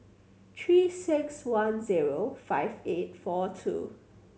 Three Six One zero five eight four two